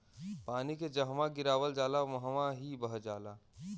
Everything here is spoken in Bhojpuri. पानी के जहवा गिरावल जाला वहवॉ ही बह जाला